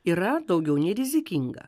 yra daugiau nei rizikinga